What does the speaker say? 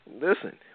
listen